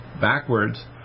backwards